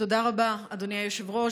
תודה רבה, אדוני היושב-ראש.